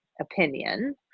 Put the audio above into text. opinion